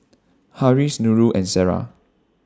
Harris Nurul and Sarah